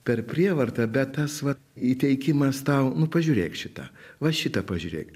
per prievartą bet tas va įteikimas tau nu pažiūrėk šitą va šitą pažiūrėk